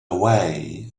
way